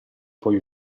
puoi